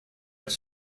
het